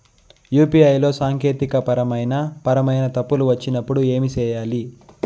UPI లో సాంకేతికపరమైన పరమైన తప్పులు వచ్చినప్పుడు ఏమి సేయాలి